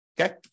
okay